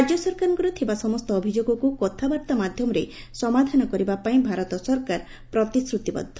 ରାକ୍ୟ ସରକାରଙ୍କ ଥିବା ସମସ୍ତ ଅଭିଯୋଗକୁ କଥାବାର୍ତ୍ତା ମାଧ୍ଘମରେ ସମାଧାନ କରିବା ପାଇଁ ଭାରତ ସରକାର ପ୍ରତିଶ୍ରତିବଦ୍ଧ